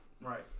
Right